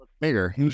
bigger